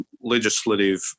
legislative